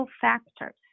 factors